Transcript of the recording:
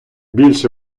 більше